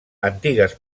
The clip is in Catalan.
antigues